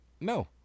no